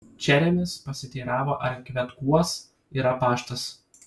čeremis pasiteiravo ar kvetkuos yra paštas